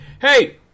Hey